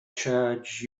charge